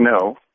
no